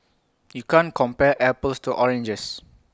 you can't compare apples to oranges